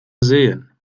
sähen